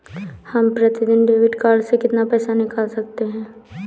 हम प्रतिदिन debit card से कितना पैसा निकाल सकते हैं?